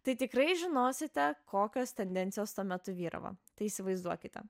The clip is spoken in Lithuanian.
tai tikrai žinosite kokios tendencijos tuo metu vyravo tai įsivaizduokite